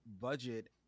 budget